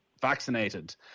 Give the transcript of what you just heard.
vaccinated